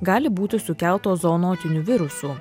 gali būti sukeltos zoonotinių virusų